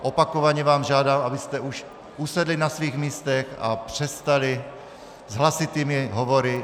A opakovaně vás žádám, abyste už usedli na svá místa a přestali s hlasitými hovory.